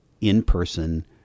in-person